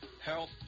health